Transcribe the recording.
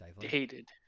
hated